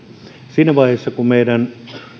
siinä vaiheessa kun meidän